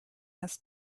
has